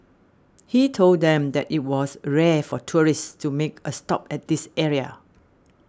he told them that it was rare for tourists to make a stop at this area